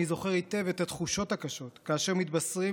זוכר היטב את התחושות הקשות כאשר מתבשרים,